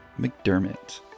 McDermott